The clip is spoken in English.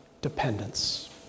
dependence